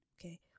okay